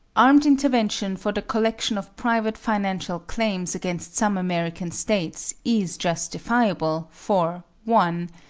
armed intervention for the collection of private financial claims against some american states is justifiable, for one.